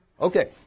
Okay